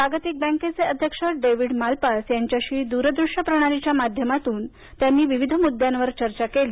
जागतिक बँकेचे अध्यक्ष डेव्हिड मालापास यांच्याशी दूरदृश्य प्रणालीच्या माध्यमातून त्यांनी विविध मुद्द्यांवर चर्चा केली